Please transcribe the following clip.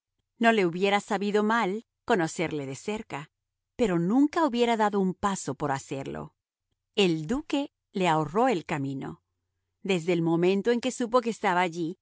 no le hubiera sabido mal conocerle de cerca pero nunca hubiera dado un paso por hacerlo el duque le ahorró el camino desde el momento en que supo que estaba allí